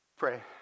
pray